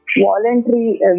voluntary